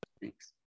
thanks